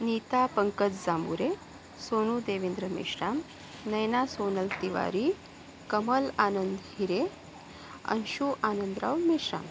Nita Pankaj Jambure Sonu Devendra Meshram Naina Sonal Tiwari Kamal Anand Hire Anshu Anandrao Meshram